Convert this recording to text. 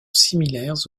similaires